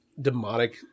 demonic